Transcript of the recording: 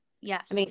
yes